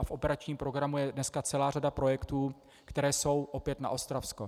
V operačním programu je dneska celá řada projektů, které jsou opět na Ostravsko.